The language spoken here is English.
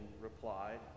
replied